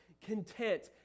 Content